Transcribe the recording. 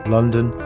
London